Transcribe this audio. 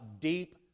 deep